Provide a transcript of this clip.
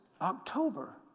October